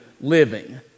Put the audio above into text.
living